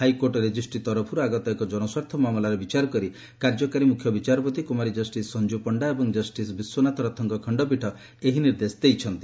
high court registry ତରଫର୍ ଆଗତ ଏକ ଜନସ୍ୱାର୍ଥ ମାମଲାର ବିଚାର କରି କାର୍ଯ୍ୟକାରୀ ମ୍ରଖ୍ୟ ବିଚାରପତି କୁମାରୀ ଜଷ୍ଟିସ୍ ସଞ୍ଜୁ ପଶ୍ଡା ଏବଂ ଜଷ୍ଟିସ୍ ବିଶ୍ୱନାଥ ରଥଙ୍କ ଖଣ୍ଡପୀଠ ଏହି ନିର୍ଦ୍ଦେଶ ଦେଇଛନ୍ତି